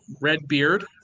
Redbeard